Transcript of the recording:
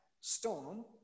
stone